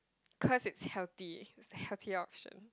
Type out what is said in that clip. cause it's healthy it's healthy option